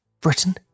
Britain